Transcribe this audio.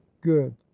good